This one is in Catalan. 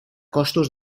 costos